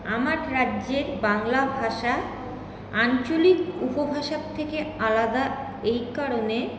আমার রাজ্যের বাংলা ভাষা আঞ্চলিক উপভাষার থেকে আলাদা এই কারণে